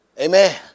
Amen